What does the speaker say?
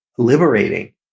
Liberating